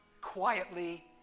quietly